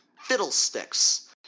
Fiddlesticks